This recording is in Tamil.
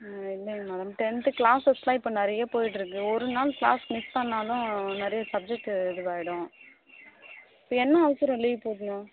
இல்லைங்க மேடம் டென்த்து க்ளாசஸ்லாம் இப்போ நிறைய போயிட்டுருக்கு ஒரு நாள் க்ளாஸ் மிஸ் பண்ணாலும் நிறைய சப்ஜெக்ட்டு இதுவாயிடும் இப்போ என்ன அவசரம் லீவ் போடணும்